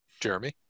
Jeremy